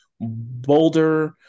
Boulder